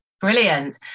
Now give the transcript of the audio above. Brilliant